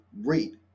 rate